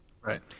Right